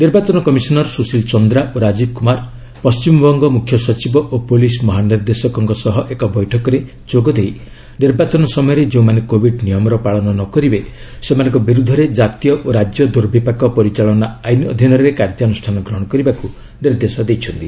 ନିର୍ବାଚନ କମିଶନର୍ ସୁଶୀଲ୍ ଚନ୍ଦ୍ରା ଓ ରାଜୀବ୍ କୁମାର ପଣ୍ଟିମବଙ୍ଗ ମୁଖ୍ୟ ସଚିବ ଓ ପୁଲିସ୍ ମହାନିର୍ଦ୍ଦେଶକଙ୍କ ସହ ଏକ ବୈଠକରେ ଯୋଗଦେଇ ନିର୍ବାଚନ ସମୟରେ ଯେଉଁମାନେ କୋବିଡ୍ ନିୟମର ପାଳନ ନ କରିବେ ସେମାନଙ୍କ ବିରୁଦ୍ଧରେ ଜାତୀୟ ଓ ରାଜ୍ୟ ଦୁର୍ବିପାକ ପରିଚାଳନ ଆଇନ ଅଧୀନରେ କାର୍ଯ୍ୟନୁଷ୍ଠାନ ଗ୍ରହଣ କରିବାକୁ ନିର୍ଦ୍ଦେଶ ଦେଇଛନ୍ତି